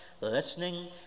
listening